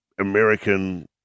American